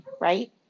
right